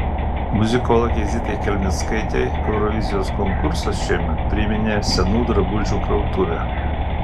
muzikologei zitai kelmickaitei eurovizijos konkursas šiemet priminė senų drabužių krautuvę